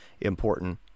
important